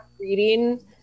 Reading